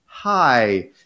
Hi